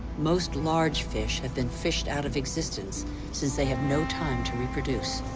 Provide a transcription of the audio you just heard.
most large fish have been fished out of existence since they have no time to reproduce.